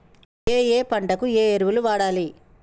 ఏయే పంటకు ఏ ఎరువులు వాడాలి?